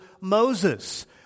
Moses